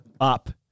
up